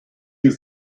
you